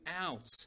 out